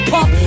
Pop